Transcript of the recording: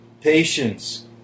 patience